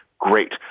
great